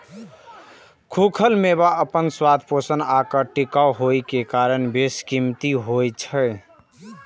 खूखल मेवा अपन स्वाद, पोषण आ टिकाउ होइ के कारण बेशकीमती होइ छै